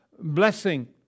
blessing